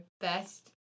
best